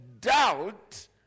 doubt